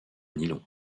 nylon